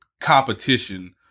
competition